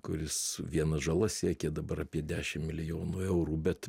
kuris viena žala siekė dabar apie dešim milijonų eurų bet